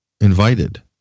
invited